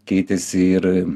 keitėsi ir